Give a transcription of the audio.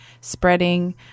spreading